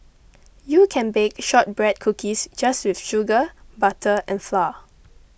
you can bake Shortbread Cookies just with sugar butter and flour